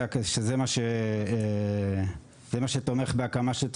שזה מה שתומך בהקמה של תשתיות,